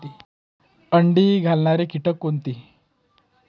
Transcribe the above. अंडी घालणारे किटक कोणते?